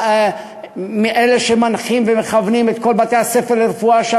אלה שמנחים ומכוונים את כל בתי-הספר לרפואה שם,